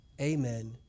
Amen